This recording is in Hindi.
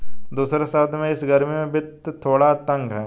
दूसरे शब्दों में, इस गर्मी में वित्त थोड़ा तंग है